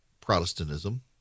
Protestantism